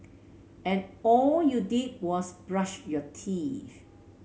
and all you did was brush your teeth